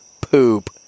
poop